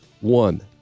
One